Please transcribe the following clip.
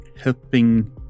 helping